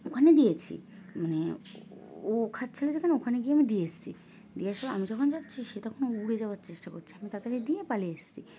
ওখানে দিয়েছি মানে ও ও খাচ্ছিল যেখানে ওখানে গিয়ে আমি দিয়ে এসেছি দেওয়ার পর আমি যখন যাচ্ছি সে তখন উড়ে যাওয়ার চেষ্টা করছে আমি তাড়াতাড়ি দিয়ে পালিয়ে এসেছি